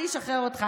אני אשחרר אותך.